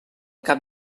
cap